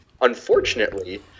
Unfortunately